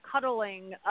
cuddling